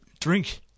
drink